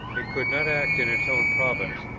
it could not act in its own province,